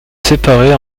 séparé